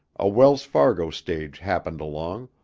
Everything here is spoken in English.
a wells fargo stage happened along,